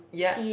yeah